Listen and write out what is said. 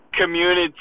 community